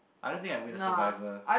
I don't think I win the survivor